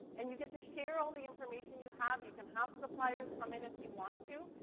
and you get to share all the information you have. you can have suppliers come in if you want to.